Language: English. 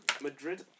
Madrid